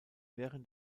während